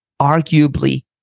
arguably